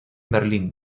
berlín